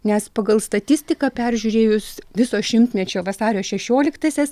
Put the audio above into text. nes pagal statistiką peržiūrėjus viso šimtmečio vasario šešioliktąsias